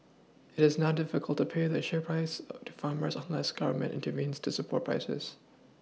it is now difficult to pay the assured price to farmers unless Government intervenes to support prices